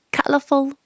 colourful